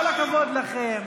כל הכבוד לכם.